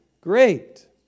Great